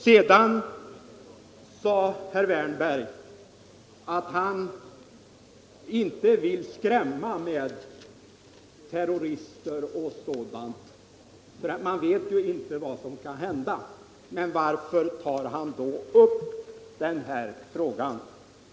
Sedan sade herr Wärnberg att han inte vill skrämma med terrorister och sådant men att man ju inte vet vad som kan hända. Varför tar han då upp den saken?